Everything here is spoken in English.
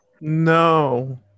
No